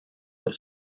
that